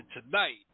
tonight